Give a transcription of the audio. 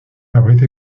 abrite